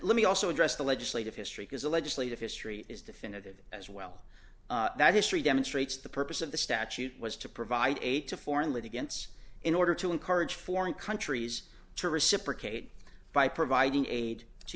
let me also address the legislative history because the legislative history is definitive as well that history demonstrates the purpose of the statute was to provide aid to foreign litigants in order to encourage foreign countries to reciprocate by providing aid to